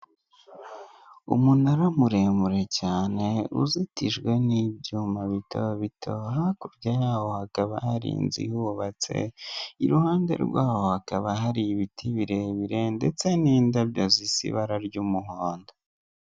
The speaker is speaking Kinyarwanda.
Umunara muremure cyane, uzitijwe n'ibyuma bitobito, hakurya yawo hakaba ari inzu yubatse, iruhande rwaho hakaba hari ibiti birebire, ndetse n'indabyo zisa ibara ry'umuhondo.